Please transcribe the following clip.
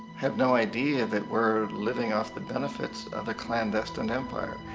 have no idea that we're living off the benefits of the clandestine empire.